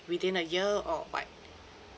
within a year or what